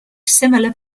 similar